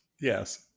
Yes